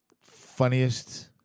funniest